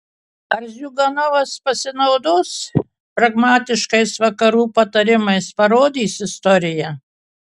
ar ziuganovas pasinaudos pragmatiškais vakarų patarimais parodys istorija